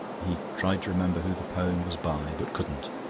he tried to remember who the poem was by, but couldn't.